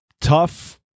tough